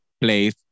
place